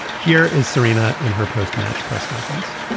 here is serena in her post match press conference.